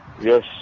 Yes